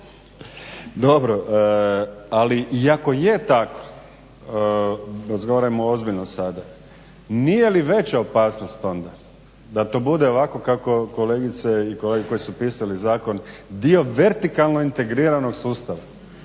Dobro, ali i ako je tako razgovarajmo ozbiljno sada nije li veća opasnost onda da to bude ovako kako kolegice i kolege koji su pisali zakon dio vertikalno integriranog sustava